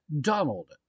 Donald